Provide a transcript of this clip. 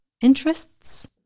interests